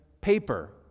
paper